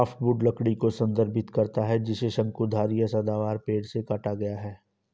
softwood लकड़ी को संदर्भित करता है जिसे शंकुधारी या सदाबहार पेड़ से काटा गया है